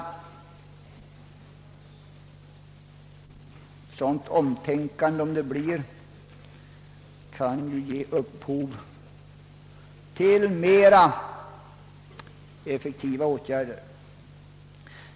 Ett sådant omtänkande kan dock ge upphov till mera effektiva åtgärder.